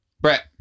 Brett